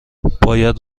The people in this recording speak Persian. باید